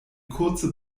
kurze